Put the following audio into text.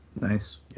Nice